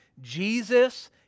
Jesus